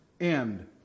end